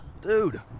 Dude